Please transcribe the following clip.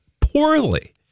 poorly